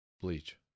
bleach